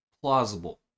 plausible